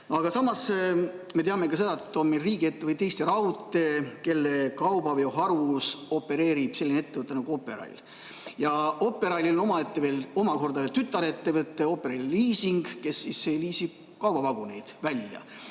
Aga samas me teame ka seda, et meil on riigiettevõte Eesti Raudtee, kelle kaubaveoharus opereerib selline ettevõte nagu Operail. Ja Operailil on omakorda tütarettevõte Operail Leasing, kes liisib kaubavaguneid välja.